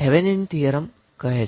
થેવેનિનની theorem કહે છે